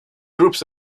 groups